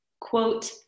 quote